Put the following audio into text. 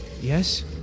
Yes